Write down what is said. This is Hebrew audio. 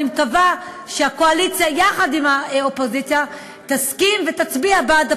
אני מקווה שהקואליציה יחד עם האופוזיציה תסכים ותצביע בעד הפיצול.